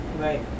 Right